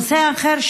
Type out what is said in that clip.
נושא אחר,